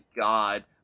God